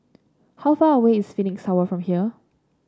how far away is Phoenix Tower from here